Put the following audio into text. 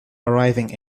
arriving